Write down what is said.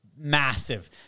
Massive